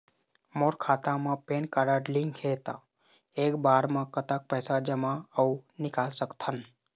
मोर खाता मा PAN card link हे ता एक बार मा कतक पैसा जमा अऊ निकाल सकथन?